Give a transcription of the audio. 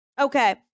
Okay